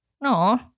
no